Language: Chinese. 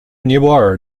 尼泊尔